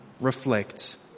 reflects